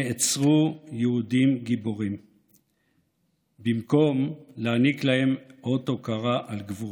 נעצרו יהודים גיבורים במקום להעניק להם אות הוקרה על גבורתם.